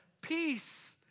peace